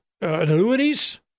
Annuities